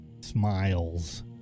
smiles